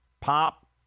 pop